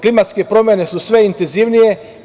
Klimatske promene su sve intenzivnije.